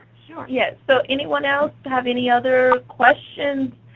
sure. yeah so anyone else have any other questions?